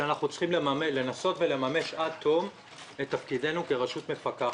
שאנחנו צריכים לנסות לממש עד תום את תפקידנו כרשות מפקחת.